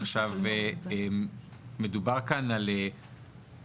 עכשיו מדובר כאן על עיסוקים,